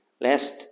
lest